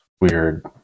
weird